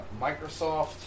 Microsoft